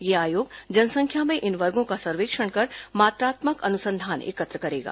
यह आयोग जनसंख्या में इन वर्गो का सर्वेक्षण कर मात्रात्मक अनुसंधान एकत्र करेगा